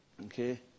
Okay